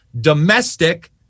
domestic